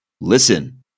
listen